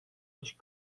açık